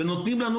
ונותנים לנו,